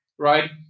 Right